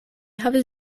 havis